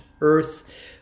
earth